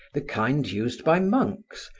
the kind used by monks,